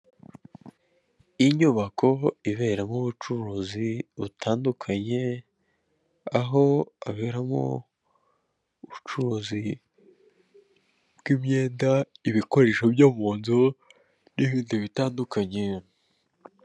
Inyubako iberamo ubucuruzi butandukanye aho haberamo ubucuruzi bw'imyenda ibikoresho byo mu nzu n'ibindi bitandukanye.